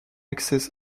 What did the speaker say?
access